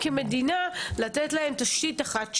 כמדינה אנחנו צריכים לתת להם תשתית אחת שוויונית.